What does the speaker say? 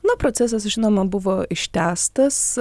na procesas žinoma buvo ištęstas